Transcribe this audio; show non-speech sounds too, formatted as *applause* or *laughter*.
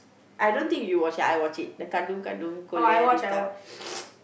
I don't think you watched it I watched it the cartoon cartoon *noise*